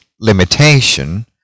limitation